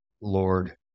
Lord